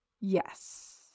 Yes